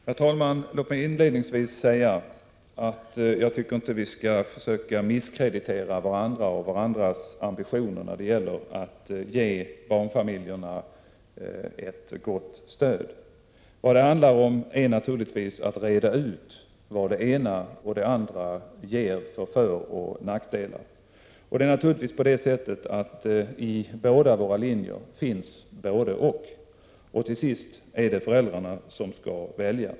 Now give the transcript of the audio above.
Herr talman! Låt mig inledningsvis säga att jag inte tycker att vi skall försöka misskreditera varandra och varandras ambitioner när det gäller att ge barnfamiljerna ett gott stöd. Vad det handlar om är att reda ut vad det ena och det andra ger för föroch nackdelar. Det är naturligtvis på det sättet att i båda våra linjer finns både-och, och till sist är det föräldrarna som skall välja.